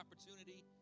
opportunity